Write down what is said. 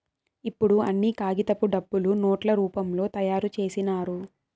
ఇప్పుడు అన్ని కాగితపు డబ్బులు నోట్ల రూపంలో తయారు చేసినారు